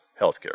healthcare